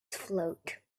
float